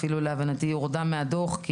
להבנתי הורדה מהדוח,